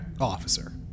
officer